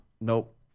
Nope